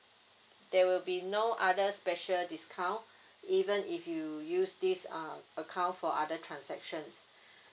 there will be no other special discount even if you use this uh account for other transactions